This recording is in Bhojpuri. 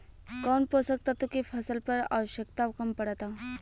कौन पोषक तत्व के फसल पर आवशयक्ता कम पड़ता?